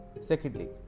Secondly